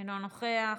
אינו נוכח,